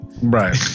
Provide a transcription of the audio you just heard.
right